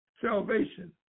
Salvation